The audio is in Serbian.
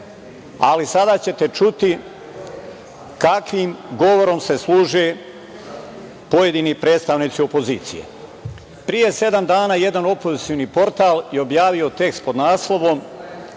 ali sada ćete čuti kakvi govorom se služe pojedini predstavnici opozicije. Pre sedam dana jedan opozicioni portal je objavio tekst pod naslovom